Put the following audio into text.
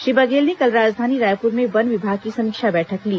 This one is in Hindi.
श्री बघेल ने कल राजधानी रायपुर में वन विभाग की समीक्षा बैठक ली